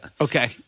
Okay